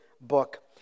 book